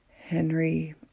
Henry